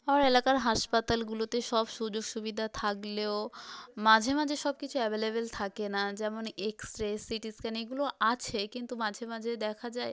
আমার এলাকার হাসপাতালগুলোতে সব সুযোগ সুবিধা থাকলেও মাঝে মাঝে সব কিছু অ্যাভেলেবল থাকে না যেমন এক্স রে সিটি স্ক্যান এগুলো আছে কিন্তু মাঝে মাঝে দেখা যায়